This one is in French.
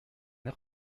air